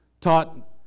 taught